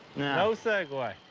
no segway.